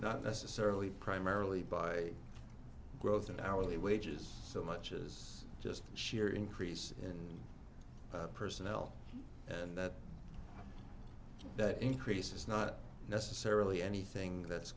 not necessarily primarily by growth in hourly wages so much as just sheer increase in personnel and that that increases not necessarily anything that's